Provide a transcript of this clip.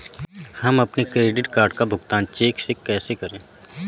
हम अपने credit card का भुगतान चेक से कैसे करें?